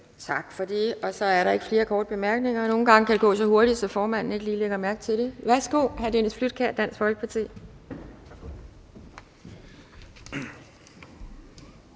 Tak for det. Så er der ikke flere korte bemærkninger. Nogle gange kan det gå så hurtigt, at formanden ikke lige lægger mærke til det. Værsgo, hr. Dennis Flydtkjær, Dansk Folkeparti.